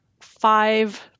five